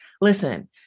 Listen